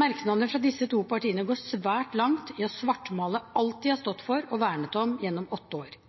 Merknadene fra disse to partiene går svært langt i å svartmale alt de har stått for og vernet om gjennom åtte år.